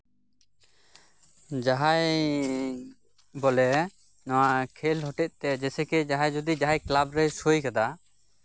ᱡᱟᱦᱟᱸᱭ ᱵᱚᱞᱮ ᱱᱚᱣᱟ ᱠᱷᱮᱞ ᱦᱚᱛᱮᱡᱛᱮ ᱡᱮᱭᱥᱮ ᱠᱤ ᱱᱚᱣᱟ ᱠᱷᱮᱞ ᱦᱚᱛᱮᱡᱛᱮ ᱡᱟᱦᱟᱸ ᱠᱞᱟᱵ ᱨᱮᱭ ᱥᱳᱭ ᱟᱠᱟᱫᱟ